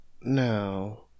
no